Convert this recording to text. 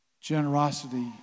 Generosity